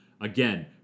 again